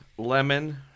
Lemon